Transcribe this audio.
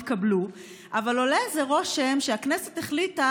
אבל עולה איזה רושם שהכנסת החליטה